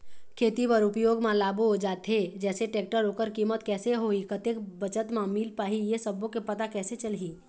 खेती बर उपयोग मा लाबो जाथे जैसे टेक्टर ओकर कीमत कैसे होही कतेक बचत मा मिल पाही ये सब्बो के पता कैसे चलही?